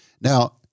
Now